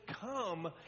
come